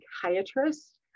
psychiatrist